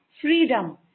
freedom